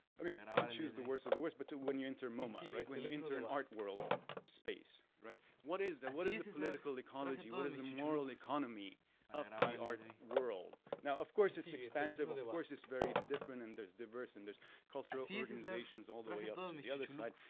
i mean to choose the worst of the worst, but to when you enter moma, right, when you enter an art world space, right, what is that, what is the political ecology, what is the moral economy of the art world? now, of course it's expensive, of course it's very different, and there's diverse and there's cultural organizations all the way up to the other side.